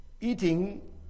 eating